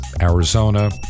Arizona